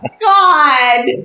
God